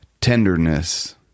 tenderness